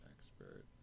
expert